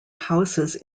houses